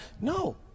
No